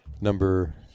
Number